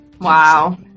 Wow